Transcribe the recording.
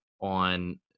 on